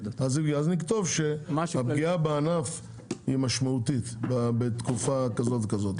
-- אז נכתוב שהפגיעה בענף היא משמעותית בתקופה כזאת וכזאת.